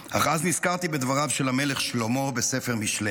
אך אז נזכרתי בדבריו של המלך שלמה בספר משלי: